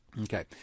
Okay